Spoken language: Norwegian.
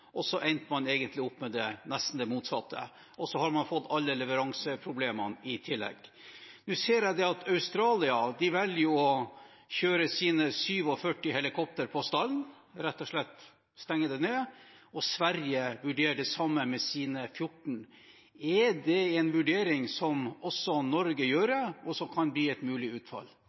og man endte opp med nesten det motsatte. I tillegg har man fått alle leveranseproblemene. Nå ser jeg at Australia velger å kjøre sine 47 helikopter på stallen, rett og slett å stenge det ned, og Sverige vurderer det samme med sine 14. Er det en vurdering som også Norge gjør, og som kan bli et mulig utfall?